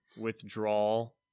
withdrawal